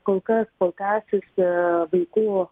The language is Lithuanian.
kolkas kol tęsiasi vaikų